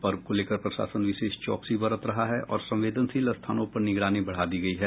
पर्व को लेकर प्रशासन विशेष चौकसी बरत रहा है और संवेदनशील स्थानों पर निगरानी बढ़ा दी गयी है